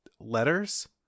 letters